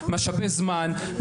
משאבי זמן,